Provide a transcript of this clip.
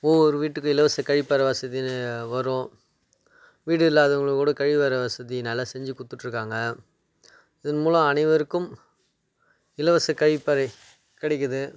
ஒவ்வொரு வீட்டுக்கும் இலவசக் கழிப்பறை வசதின்னு வரும் வீடு இல்லாதவர்களுக்கு கூட கழிவறை வசதி நல்லா செஞ்சுக் கொடுத்துட்ருக்காங்க இதன் மூலம் அனைவருக்கும் இலவசக் கழிப்பறை கிடைக்கிது